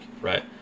right